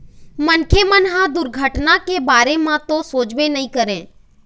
मनखे मन ह दुरघटना के बारे म तो सोचबे नइ करय